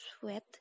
sweat